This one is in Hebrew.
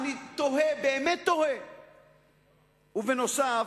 תוהה, באמת תוהה, ובנוסף,